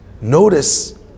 Notice